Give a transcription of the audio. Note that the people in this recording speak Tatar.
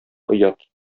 оят